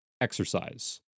Exercise